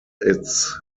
its